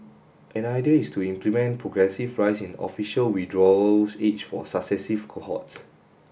an idea is to implement progressive rise in official withdrawals age for successive cohorts